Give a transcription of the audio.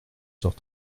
heures